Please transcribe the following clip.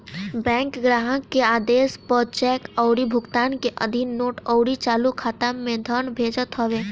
bank ग्राहक के आदेश पअ चेक अउरी भुगतान के अधीन नोट अउरी चालू खाता में धन भेजत हवे